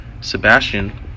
Sebastian